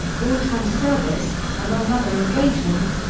wartime service among other engagements,